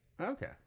Okay